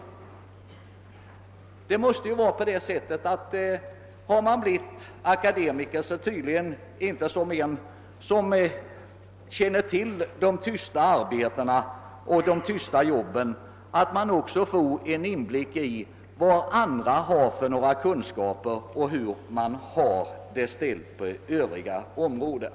Det måste då tydligen förhålla sig så, att den som blivit akademiker inte känner till de tysta arbetena och de tysta jobben och saknar inblick i vilka kunskaper andra har och hur man har det ställt på övriga områden.